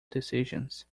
decisions